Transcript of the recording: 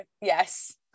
Yes